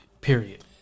Period